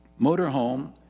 motorhome